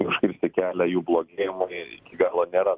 užkirsti kelią jų blogėjimui iki galo nėra